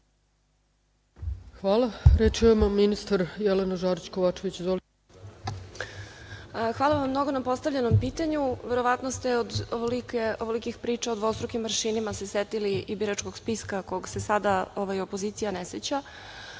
Kovačević. Izvolite. **Jelena Žarić Kovačević** Hvala vam mnogo na postavljenom pitanju. Verovatno ste se od ovolikih priča o dvostrukim aršinima setili i biračkog spiska kog se sada opozicija ne seća,